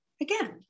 again